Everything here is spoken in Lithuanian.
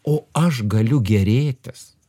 o aš galiu gėrėtis